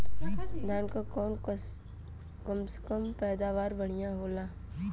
धान क कऊन कसमक पैदावार बढ़िया होले?